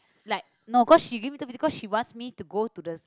like no cause she gives me two fifty cause she wants me to go to the